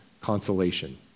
consolation